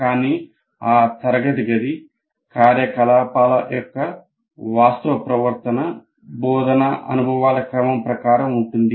కాని తరగతి గది కార్యకలాపాల యొక్క వాస్తవ ప్రవర్తన బోధనా అనుభవాల క్రమం ప్రకారం ఉంటుంది